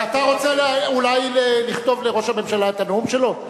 אתה רוצה אולי לכתוב לראש הממשלה את הנאום שלו?